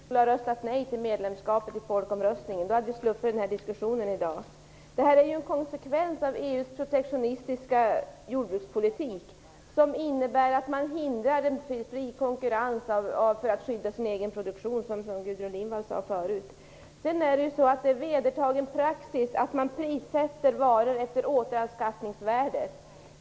Fru talman! Den som hade velat värna om konsumenterna i fråga om ris och socker skulle ha röstat nej till medlemskapet i folkomröstningen. Då hade vi sluppit denna diskussion i dag. Detta är en konsekvens av EU:s protektionistiska jordbrukspolitik, som innebär att en fri konkurrens hindras för att skydda den egna produktionen. Gudrun Lindvall sade detta tidigare. Det är vedertagen praxis att varor prissätts efter återanskaffningsvärdet.